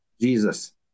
Jesus